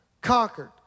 conquered